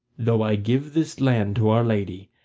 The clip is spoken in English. though i give this land to our lady,